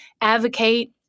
advocate